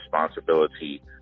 responsibility